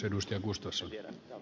arvoisa puhemies